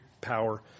power